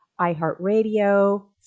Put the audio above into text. iHeartRadio